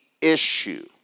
issue